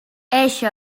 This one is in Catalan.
eixa